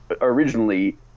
originally